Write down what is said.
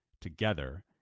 together